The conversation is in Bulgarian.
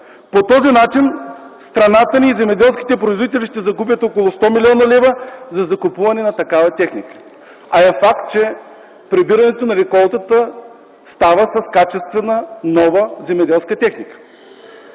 По този начин страната ни и земеделските производители ще загубят около 100 млн. лв. за закупуване на такава техника, а е факт, че прибирането на реколтата става с качествена, нова земеделска техника.